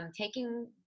taking